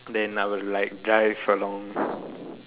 then I'll like drive along